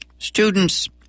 Students